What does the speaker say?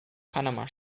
panama